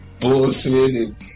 bullshit